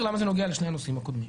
למה זה נוגע לשני הנושאים הקודמים.